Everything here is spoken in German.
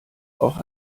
auch